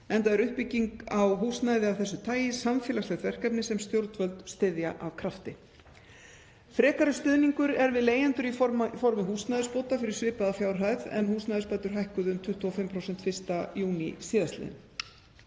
enda er uppbygging á húsnæði af þessu tagi samfélagslegt verkefni sem stjórnvöld styðja af krafti. Frekari stuðningur er við leigjendur í formi húsnæðisbóta fyrir svipaða fjárhæð en húsnæðisbætur hækkuðu um 25% 1. júní síðastliðinn.